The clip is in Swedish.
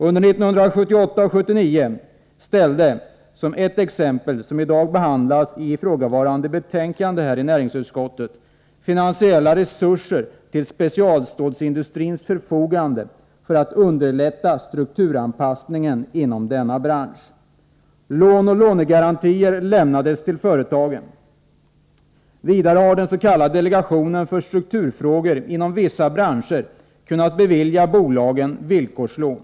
Under 1978 och 1979 ställde staten som ett exempel, som behandlas i ifrågavarande betänkande från näringsutskottet, finansiella resurser till specialstålsindustrins förfogande för att underlätta strukturanpassningen inom denna bransch. Lån och lånegarantier lämnades till företagen. Vidare har den s.k. delegationen för strukturfrågor inom vissa branscher kunnat bevilja bolag villkorslån.